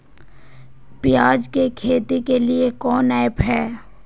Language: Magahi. प्याज के खेती के लिए कौन ऐप हाय?